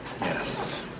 Yes